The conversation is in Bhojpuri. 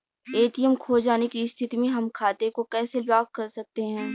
ए.टी.एम खो जाने की स्थिति में हम खाते को कैसे ब्लॉक कर सकते हैं?